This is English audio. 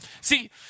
See